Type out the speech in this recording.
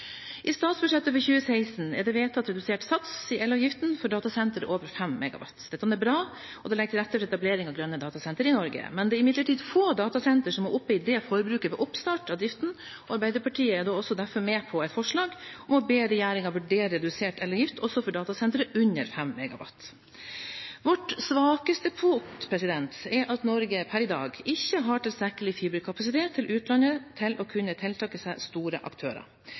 I statsbudsjettet for 2016 er det vedtatt redusert sats i elavgiften for datasentre med uttak over 5 MW. Dette er bra, og det legger til rette for etablering av grønne datasentre i Norge, men det er imidlertid få datasentre som er oppe i det forbruket ved oppstart av driften. Arbeiderpartiet er da også derfor med på et forslag om å be «regjeringen vurdere redusert elavgift også for datasentre med uttak under 5 MW». Vårt svakeste punkt er at Norge per i dag ikke har tilstrekkelig fiberkapasitet til utlandet til å kunne tiltrekke seg store aktører.